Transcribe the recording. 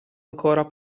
ancora